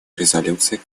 резолюции